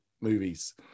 movies